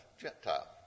Gentile